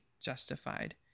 justified